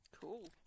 Cool